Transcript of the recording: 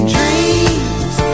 Dreams